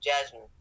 Jasmine